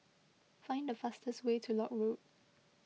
find the fastest way to Lock Road